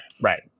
right